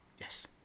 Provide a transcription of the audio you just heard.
Yes